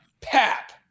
Pap